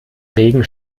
regen